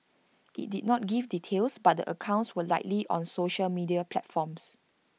IT did not give details but the accounts were likely on social media platforms